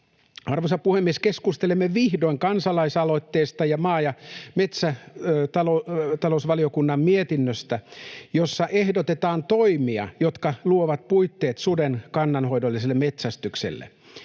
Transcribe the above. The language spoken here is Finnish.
Arvoisa puhemies! Keskustelemme vihdoin kansalaisaloitteesta ja maa- ja metsätalousvaliokunnan mietinnöstä, jossa ehdotetaan toimia, jotka luovat puitteet suden kannanhoidolliselle metsästykselle.